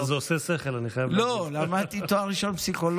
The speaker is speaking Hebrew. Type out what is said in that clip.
היום אנחנו מבינים מה זה לבחור במסלול של לחימה.